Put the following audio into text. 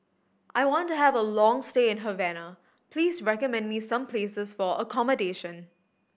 I want to have a long stay in Havana please recommend me some places for accommodation